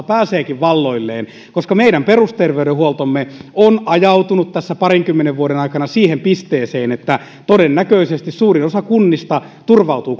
pääseekin valloilleen koska meidän perusterveydenhuoltomme on ajautunut tässä kahdenkymmenen vuoden aikana siihen pisteeseen että todennäköisesti suurin osa kunnista turvautuu